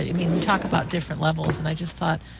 i mean we talk about different levels and i just thought,